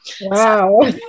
Wow